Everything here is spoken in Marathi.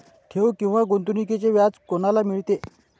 ठेव किंवा गुंतवणूकीचे व्याज कोणाला मिळते?